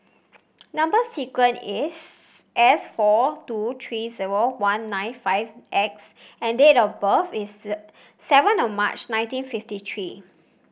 number sequence is S four two three zero one nine five X and date of birth is seven O March nineteen fifty three